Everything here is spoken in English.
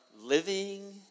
living